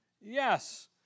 Yes